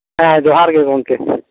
ᱦᱮᱸ ᱡᱚᱦᱟᱨ ᱜᱮ ᱜᱚᱢᱠᱮ